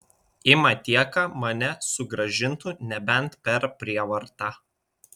į matieką mane sugrąžintų nebent per prievartą